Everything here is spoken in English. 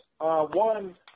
one